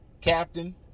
Captain